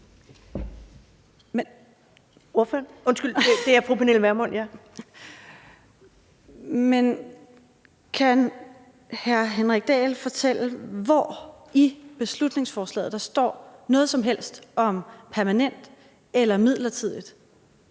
Men kan hr. Henrik Dahl fortælle, hvor i beslutningsforslaget der står noget som helst om permanent eller midlertidigt?